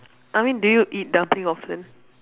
I mean do you eat dumpling often